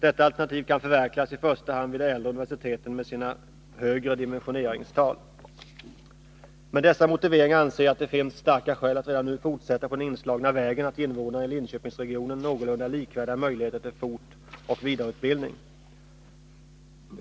Detta alternativ kan förverkligas i första hand vid de äldre universiteten med sina högre dimensioneringstal! Med dessa motiveringar anser jag att det finns starka skäl att redan nu fortsätta på den inslagna vägen och ge invånarna i Linköpingsregionen någorlunda likvärdiga möjligheter till fortoch vidareutbildning.